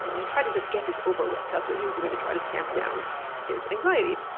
to try to just get this over with. that's what he was doing to try to tamp down his anxiety.